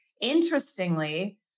interestingly